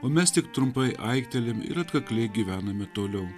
o mes tik trumpai aiktelim ir atkakliai gyvename toliau